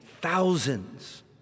thousands